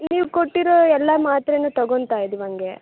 ನೀವು ಕೊಟ್ಟಿರೋ ಎಲ್ಲ ಮಾತ್ರೆನು ತಗೋತಾ ಇದೀವಿ ಹಂಗೆ